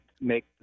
make